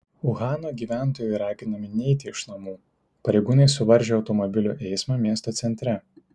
uhano gyventojai raginami neiti iš namų pareigūnai suvaržė automobilių eismą miesto centre